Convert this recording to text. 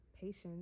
Patience